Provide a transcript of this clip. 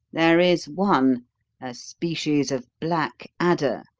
there is one a species of black adder,